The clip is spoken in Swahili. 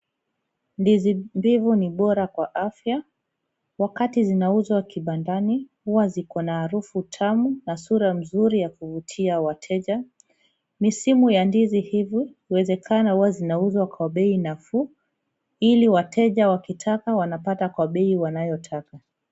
Ndizi mbivu ni bora kwa afya wakati zinauzwa kibandani huwa ziko na harufu tamu na sura mzuri ya kuvutia wateja. Misimu ya ndizi mbivu ikiwezekana huwa zinauzwa kwa bei nafuu ili wateja wakitaka wanapata kwa bei wanayotaka.